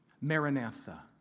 Maranatha